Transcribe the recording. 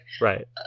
Right